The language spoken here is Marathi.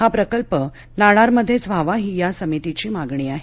हा प्रकल्प नाणारमध्येच व्हावा ही या समितीची मागणी आहे